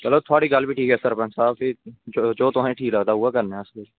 चलो थुआड़ी गल्ल बी ठीक ऐ सरपंच साहब एह् जो तुसेंगी ठीक लगदा उऐ करना तुसेंगी